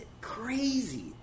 crazy